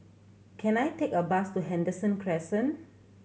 can I take a bus to Henderson Crescent